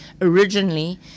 originally